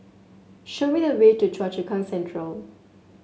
show me the way to Choa Chu Kang Central